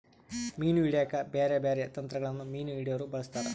ಮೀನು ಹಿಡೆಕ ಬ್ಯಾರೆ ಬ್ಯಾರೆ ತಂತ್ರಗಳನ್ನ ಮೀನು ಹಿಡೊರು ಬಳಸ್ತಾರ